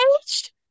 engaged